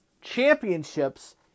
championships